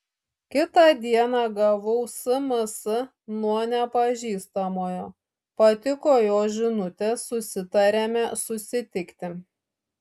kitą dieną gavau sms nuo nepažįstamojo patiko jo žinutės susitarėme susitikti